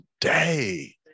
day